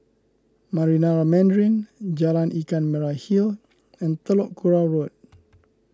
Marina Mandarin Jalan Ikan Merah Hill and Telok Kurau Road